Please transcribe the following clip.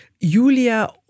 Julia